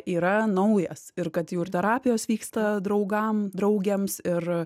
yra naujas ir kad jau ir terapijos vyksta draugam draugėms ir